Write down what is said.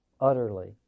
utterly